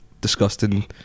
disgusting